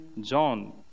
John